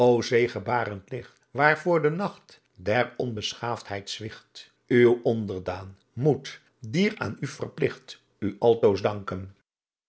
zegebarend licht waarvoor de nacht der onbeschaafdheid zwicht uw onderdaan moet dier aan u verpligt u altoos danken